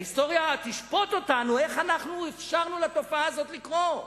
ההיסטוריה תשפוט אותנו איך אפשרנו לתופעה הזאת לקרות.